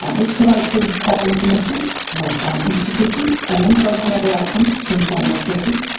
um it provides students quality information on institution and program level outcomes to inform their choices,